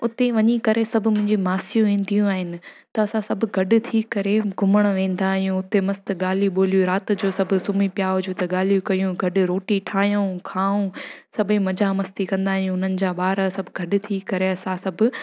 उते वञी करे सभु मुंहिंजी मासियूं ईंदियूं आहिनि त असां सभु गॾ थी करे घुमणु वेंदा आहियूं हुते मस्तु ॻाल्हियूं ॿोलियूं राति जो सभु सुम्ही पिया हुजूं त ॻाल्हियूं कयूं गॾु रोटी ठाहियूं खाऊं सभेई मज़ा मस्ती कंदा आहियूं उन्हनि जा ॿार सभु गॾ थी करे असां सभु